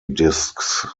discs